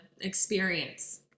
experience